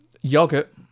Yogurt